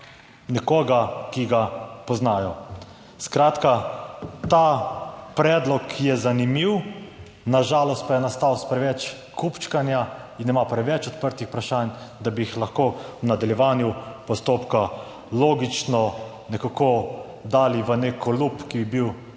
nekoga, ki ga poznajo. Skratka, ta predlog je zanimiv, na žalost pa je nastal s preveč kupčkanja in ima preveč odprtih vprašanj, Da bi jih lahko v nadaljevanju postopka, logično, nekako dali v nek kalup, ki bi bil